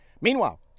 Meanwhile